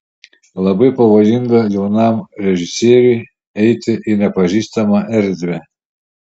labai pavojinga jaunam režisieriui eiti į nepažįstamą erdvę